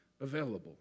available